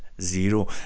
zero